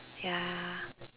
ya